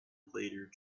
later